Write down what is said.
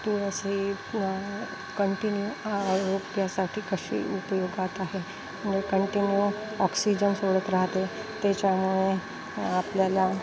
तुळस ही कंटिन्यू आरोग्यासाठी कशी उपयोगात आहे म्हणजे कंटिन्यू ऑक्सिजन सोडत राहते त्याच्यामुळे आपल्याला